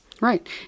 Right